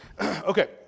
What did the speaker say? Okay